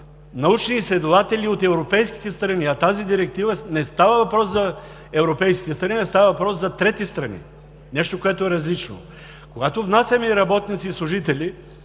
научни изследователи от европейските страни, а в тази директива не става въпрос за европейските страни, става въпрос за трети страни, нещо, което е различно. Когато внасяме и работници, и служители,